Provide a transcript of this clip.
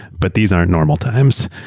but these aren't normal times.